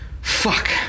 Fuck